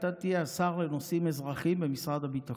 אתה תהיה השר לנושאים אזרחיים במשרד הביטחון,